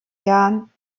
jahren